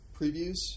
previews